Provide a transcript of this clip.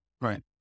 right